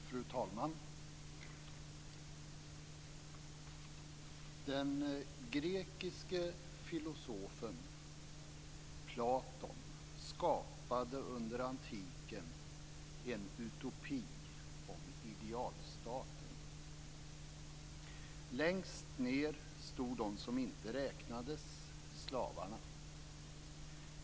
Fru talman! Den grekiske filosofen Platon skapade under antiken en utopi om idealstaten. Längst ned stod de som inte räknades, slavarna.